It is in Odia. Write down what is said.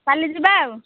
କାଲି ଯିବା ଆଉ